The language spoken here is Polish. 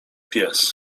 pies